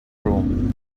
room